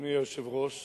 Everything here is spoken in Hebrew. אדוני היושב-ראש,